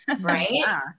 right